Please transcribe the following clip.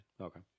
Okay